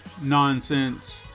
Nonsense